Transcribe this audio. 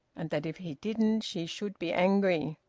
and that if he didn't she should be angry.